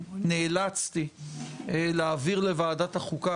נאלצתי להעביר לוועדת החוקה,